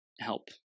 help